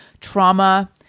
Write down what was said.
trauma